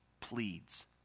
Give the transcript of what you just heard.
pleads